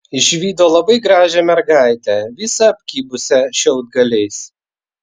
išvydo labai gražią mergaitę visą apkibusią šiaudgaliais